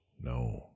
no